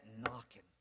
knocking